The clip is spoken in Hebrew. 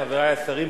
חברי השרים,